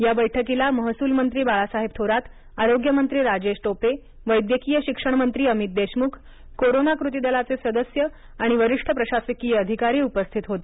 या बैठकीला महसूल मंत्री बाळासाहेब थोरात आरोग्यमंत्री राजेश टोपे वैद्यकीय शिक्षण मंत्री अमित देशमुख कोरोना कृतीदलाचे सदस्य आणि वरिष्ठ प्रशासकीय अधिकारी उपस्थित होते